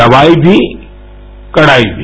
दवाई भी कड़ाई भी